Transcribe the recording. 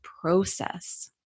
process